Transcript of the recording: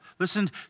Listen